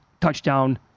touchdown